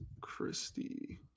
Christie